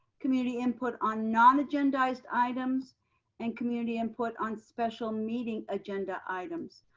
community input on non-agendized items and community input on special meeting agenda items.